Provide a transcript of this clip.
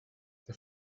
der